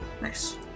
Nice